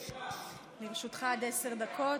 לרשותך עד עשר דקות.